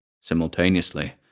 Simultaneously